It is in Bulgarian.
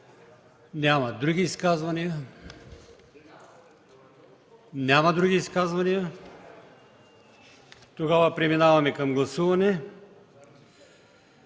Няма. Други изказвания? Няма. Преминаваме към гласуване.